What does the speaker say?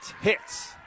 hits